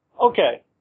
Okay